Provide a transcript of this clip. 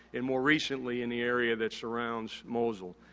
and more recently in the area that surrounds mosul.